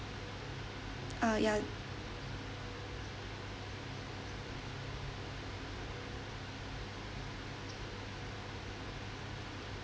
ah ya